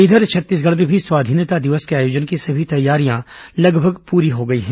इधर छत्तीसगढ़ में भी स्वाधीनता दिवस के आयोजन की समी तैयारियां लगभग पूरी हो गई हैं